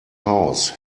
house